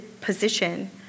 position